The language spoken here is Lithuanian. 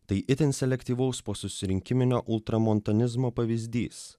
tai itin selektyvaus po susirinkiminio ultramontanizmo pavyzdys